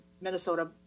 Minnesota